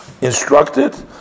instructed